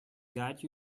guide